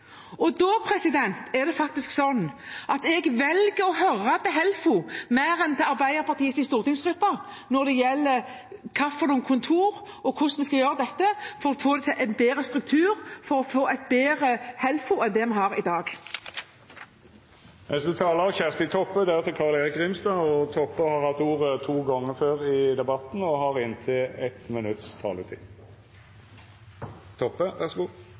omorganisering. Da velger jeg å høre mer på Helfo enn Arbeiderpartiets stortingsgruppe når det gjelder hvilke kontorer og hvordan vi skal gjøre dette for å få til en bedre struktur og for å få et bedre Helfo enn vi har i dag. Representanten Kjersti Toppe har hatt ordet to ganger tidlegare i debatten og får ordet til ein kort merknad, avgrensa til 1 minutt. Det som representanten Olaug V. Bollestad seier her, er ærleg, og det kritiserer eg ho ikkje for. Det som er heilt uforståeleg, er at Kristeleg Folkeparti har